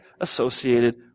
associated